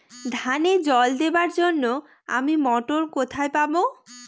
ধানে জল দেবার জন্য আমি মটর কোথায় পাবো?